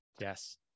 Yes